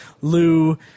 Lou